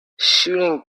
shooting